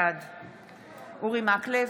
בעד אורי מקלב,